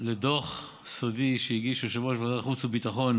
לדוח סודי שהגיש יושב-ראש ועדת החוץ והביטחון